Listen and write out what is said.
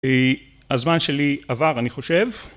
‫הזמן שלי עבר, אני חושב.